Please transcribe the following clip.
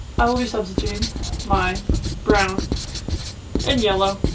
i will be substituting my brown and yellow